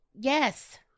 yes